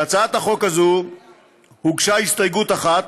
להצעת החוק הזאת הוגשה הסתייגות אחת.